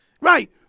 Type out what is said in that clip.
Right